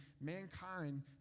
mankind